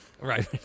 Right